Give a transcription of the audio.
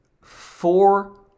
Four